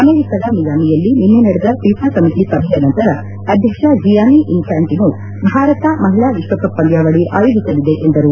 ಅಮೆರಿಕದ ಮಿಯಾಮಿಯಲ್ಲಿ ನಿನ್ನೆ ನಡೆದ ಭೀಘಾ ಸಮಿತಿ ಸಭೆಯ ನಂತರ ಅಧ್ಯಕ್ಷ ಗಿಯಾನಿ ಇನ್ಫ್ಲಾಂಟನೋ ಭಾರತ ಮಹಿಳಾ ವಿಶ್ವಕಪ್ ಪಂದ್ನಾವಳಿ ಆಯೋಜಿಸಲಿದೆ ಎಂದರು